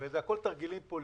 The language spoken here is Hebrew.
הרי זה הכול תרגילים פוליטיים.